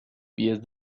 pies